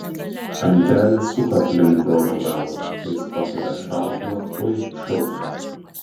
antelė suka aplink brolio galvą jis pakelia šautuvą tuoj šaus